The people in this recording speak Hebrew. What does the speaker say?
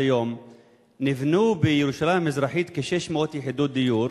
היום נבנו בירושלים המזרחית כ-600 יחידות דיור